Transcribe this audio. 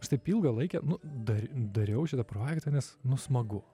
aš taip ilgą laikę nu dar dariau šitą projektą nes nu smagu